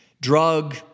drug